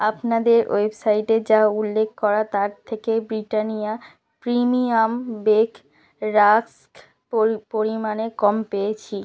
আপনাদের ওয়েবসাইটে যা উল্লেখ করা তার থেকে ব্রিটানিয়া প্রিমিয়াম বেক রাস্ক পরি পরিমাণে কম পেয়েছি